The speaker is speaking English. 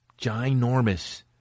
Ginormous